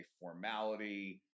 formality